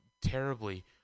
terribly